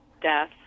death